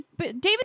David